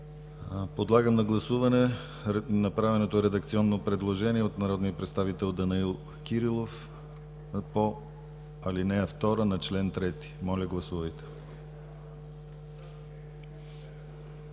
Подлагам на гласуване направеното редакционно предложение от народния представител Данаил Кирилов по ал. 2 на чл. 3. Моля, гласувайте.